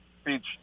speech